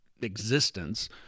existence